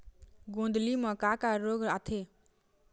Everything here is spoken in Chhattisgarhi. गोंदली म का का रोग आथे?